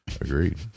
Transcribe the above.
Agreed